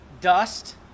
dust